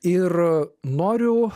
ir noriu